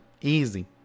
easy